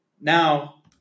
now